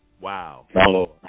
Wow